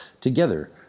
Together